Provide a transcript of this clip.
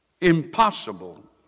impossible